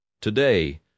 Today